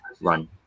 run